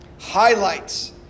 highlights